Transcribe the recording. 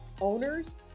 owners